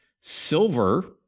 Silver